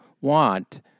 want